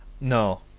No